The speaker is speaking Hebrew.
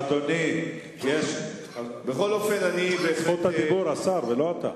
אדוני, בכל זאת, זכות הדיבור לשר, ולא לך.